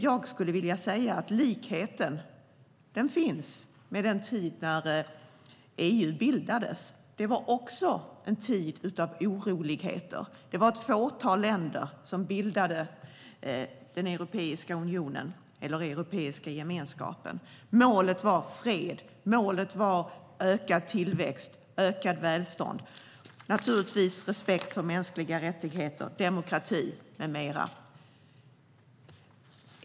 Jag skulle vilja säga att likheten finns med den tid då EU bildades. Det var också en tid av oroligheter. Det var ett fåtal länder som bildade Europeiska unionen, då Europeiska gemenskapen. Målet var fred, ökad tillväxt och ökat välstånd och naturligtvis respekt för mänskliga rättigheter, demokrati med mera.